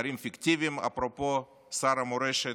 לשרים פיקטיביים, אפרופו שר המורשת,